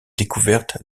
découverte